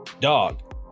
dog